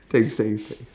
thanks thanks thanks